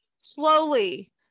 slowly